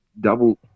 double